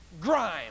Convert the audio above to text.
grime